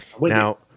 Now